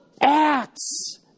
Acts